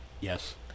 Yes